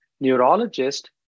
neurologist